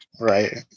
Right